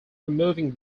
removing